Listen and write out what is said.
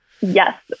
Yes